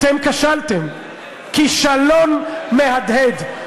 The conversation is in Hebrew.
אתם כשלתם כישלון מהדהד,